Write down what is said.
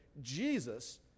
Jesus